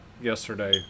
Yesterday